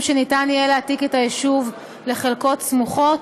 שניתן יהיה להעתיק את היישוב לחלקות סמוכות.